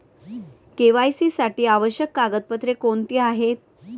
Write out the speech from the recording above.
KYC साठी आवश्यक कागदपत्रे कोणती आहेत?